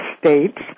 states